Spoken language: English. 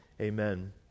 Amen